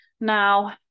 Now